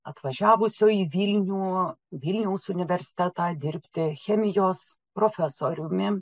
atvažiavusio į vilnių vilniaus universitetą dirbti chemijos profesoriumi